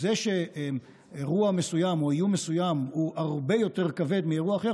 זה שאירוע מסוים או איום מסוים הוא הרבה יותר כבד מאירוע אחר,